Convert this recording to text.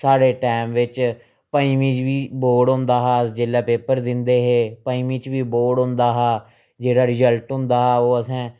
साढ़े टैम बिच्च पजमीं च बी बोर्ड होंदा हा जेल्लै पेपर दिंदे हे पंजमी च बी बोर्ड होंदा हा जेह्ड़ा रिजल्ट होंदा हा ओह् असें